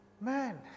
Man